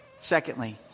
secondly